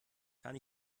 kann